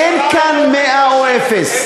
אין כאן 100 או אפס.